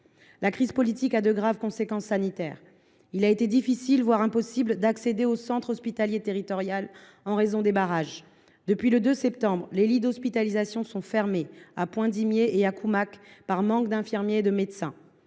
la crise politique a de graves conséquences sanitaires. Il a été difficile, voire impossible, d’accéder au centre hospitalier territorial, en raison des barrages. Depuis le 2 septembre dernier, les lits d’hospitalisation sont fermés à Poindimié et à Koumac, faute d’infirmiers et de médecins.